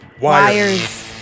Wires